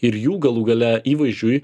ir jų galų gale įvaizdžiui